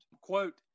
Quote